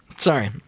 Sorry